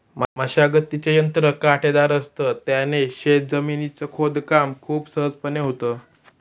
मशागतीचे यंत्र काटेदार असत, त्याने शेत जमिनीच खोदकाम खूप सहजपणे होतं